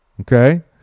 okay